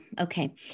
Okay